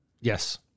Yes